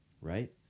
right